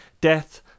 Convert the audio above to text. Death